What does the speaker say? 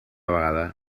vegada